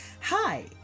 Hi